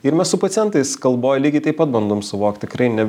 ir mes su pacientais kalboj lygiai taip pat bandom suvokt tikrai ne